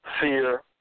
fear